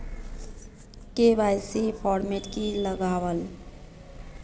KYC format की लगावल?